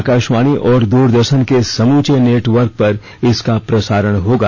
आकाशवाणी और दूरदर्शन के समूचे नेटवर्क पर इसका प्रसारण होगा